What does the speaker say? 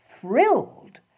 thrilled